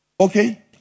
Okay